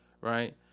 right